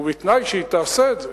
ובתנאי שהיא תעשה את זה,